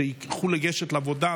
שיוכלו לגשת לעבודה,